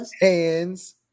Hands